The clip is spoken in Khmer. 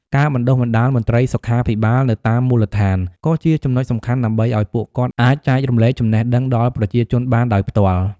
ការបណ្តុះបណ្តាលមន្រ្តីសុខាភិបាលនៅតាមមូលដ្ឋានក៏ជាចំណុចសំខាន់ដើម្បីឲ្យពួកគាត់អាចចែករំលែកចំណេះដឹងដល់ប្រជាជនបានដោយផ្ទាល់។